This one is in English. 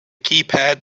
keypad